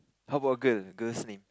how about girl girl's name